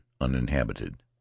uninhabited